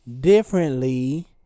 Differently